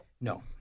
No